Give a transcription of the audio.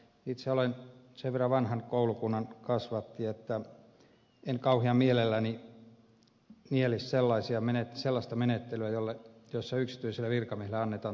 itse olen sen verran vanhan koulukunnan kasvatti että en kauhean mielelläni niele sellaista menettelyä jossa yksityiselle virkamiehelle annetaan tuomiovaltaa